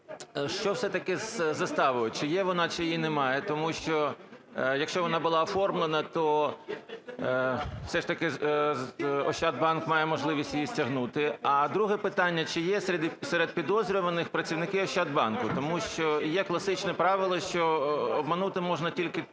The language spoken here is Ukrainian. що все-таки із заставою? Чи є вона, чи її немає? Тому що, якщо вона була оформлена, то все ж таки "Ощадбанк" має можливість її стягнути. А друге питання: чи є серед підозрюваних працівники "Ощадбанку"? Тому що є класичне правило, що обманути можна тільки